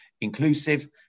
inclusive